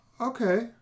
Okay